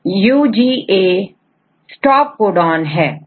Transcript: students UGA stop को डॉन है